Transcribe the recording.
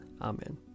Amen